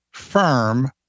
firm